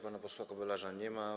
Pana posła Kobylarza nie ma.